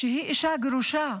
שהיא אישה גרושה,